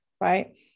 right